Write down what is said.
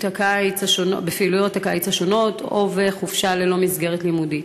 הקיץ השונות או בחופשה ללא מסגרת לימודית.